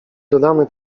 dodamy